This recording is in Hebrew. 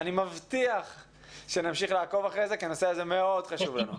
מבטיח שנמשיך לעקוב אחרי זה כי הנושא הזה מאד חשוב לנו.